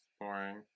boring